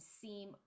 seem